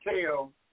tell